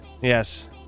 Yes